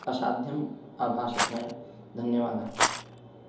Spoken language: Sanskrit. असाध्यम् अभाषत् मया धन्यवादः